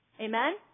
Amen